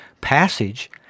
Passage